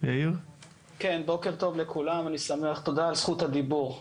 בוקר טוב לכולם, תודה על זכות הדיבור.